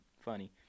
funny